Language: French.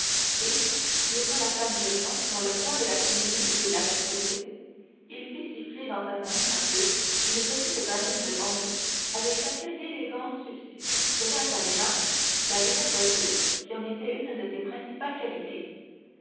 et laissant la canne de jonc dans le coin de la cheminée où il l'avait posée il fit siffler dans sa main nerveuse une petite badine de bambou avec laquelle l'élégant substitut donnait à sa démarche la désinvolture qui en était une des principales qualités